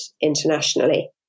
internationally